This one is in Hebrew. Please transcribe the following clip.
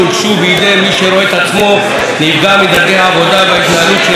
בידי מי שרואה את עצמו נפגע מדרכי העבודה וההתנהלות של קרנות